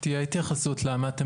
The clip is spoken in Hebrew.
תהיה התייחסות למה אתם